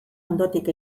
ondotik